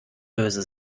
böse